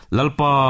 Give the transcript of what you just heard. Lalpa